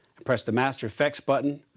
and press the master fx button.